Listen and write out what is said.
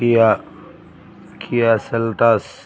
Kia Kia Seltos